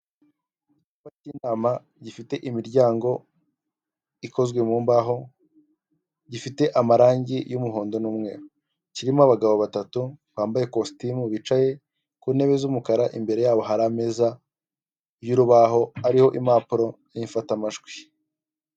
Icyumba k'inama gifite imiryango ikozwe mu mbaho gifite amarangi y'umuhondo n'umweru, kirimo abagabo batatu bambaye ikositimu bicaye ku ntebe z'umukara, imbere yabo hari ameza y'urubaho hariho impapuro z'imfatamajwi.